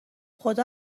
خدا